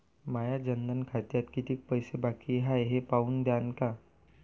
माया जनधन खात्यात कितीक पैसे बाकी हाय हे पाहून द्यान का?